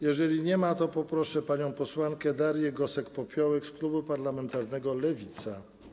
Jeżeli nie ma, to poproszę panią posłankę Darię Gosek-Popiołek z klubu parlamentarnego Lewica.